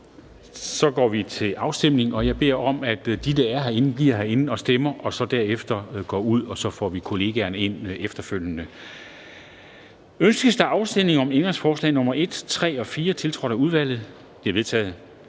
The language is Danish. (Henrik Dam Kristensen): Jeg beder om, at de, der allerede er herinde, bliver herinde og stemmer og så derefter går ud. Og så får vi efterfølgende kollegaerne ind i hold. Ønskes afstemning om ændringsforslag nr. 1, 3 og 4, tiltrådt af udvalget? De er vedtaget.